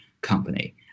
company